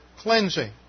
cleansing